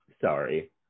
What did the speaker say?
Sorry